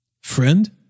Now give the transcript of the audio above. Friend